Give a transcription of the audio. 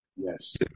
Yes